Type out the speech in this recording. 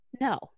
No